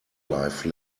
life